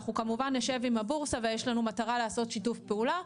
אנחנו כמובן נשב עם הבורסה ויש לנו מטרה לעשות שיתוף פעולה,